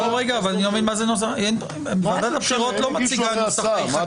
אבל מכיוון שזה 60-60 או 61-59 לכל דבר יש